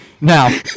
Now